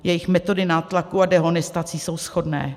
Jejich metody nátlaku a dehonestací jsou shodné.